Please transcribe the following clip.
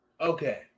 okay